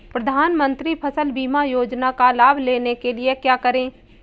प्रधानमंत्री फसल बीमा योजना का लाभ लेने के लिए क्या करें?